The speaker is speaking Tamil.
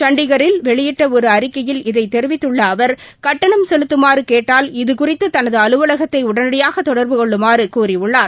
சண்டிகரில் வெளியிட்டஒருஅறிக்கையில் இதைத் தெரிவித்துள்ளஅவர் கட்டணம் செலுத்தமாறுகேட்டால் இது குறித்துதனதுஅலுவலகத்தைஉடனடியாகதொடர்பு கொள்ளுமாறுகூறியுள்ளார்